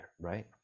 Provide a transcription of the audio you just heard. right